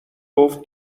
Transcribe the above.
گفت